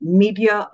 media